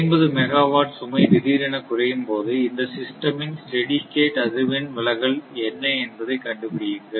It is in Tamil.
60 மெகாவாட் சுமை திடீரென குறையும்போது இந்த சிஸ்டம் இன் ஸ்டெடி ஸ்டேட் அதிர்வெண் விலகல் என்ன என்பதை கண்டுபிடியுங்கள்